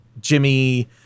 Jimmy